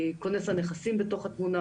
כונס הנכסים בתוך התמונה,